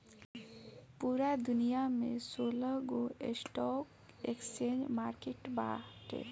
पूरा दुनिया में सोलहगो स्टॉक एक्सचेंज मार्किट बाटे